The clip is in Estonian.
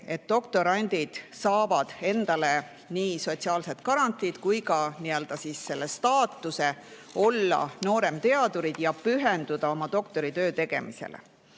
et doktorandid saavad endale nii sotsiaalsed garantiid kui ka staatuse olla nooremteadurid ja pühenduda oma doktoritöö tegemisele.